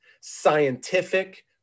scientific